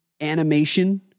animation